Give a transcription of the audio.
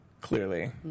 Clearly